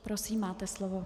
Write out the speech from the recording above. Prosím, máte slovo.